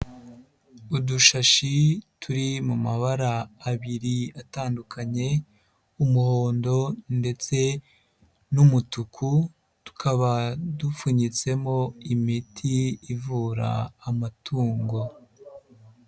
Udushashi turi mu mabara abiri atandukanye, umuhondo ndetse n'umutuku, tukaba dupfunyitsemo imiti ivura amatungo.